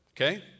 Okay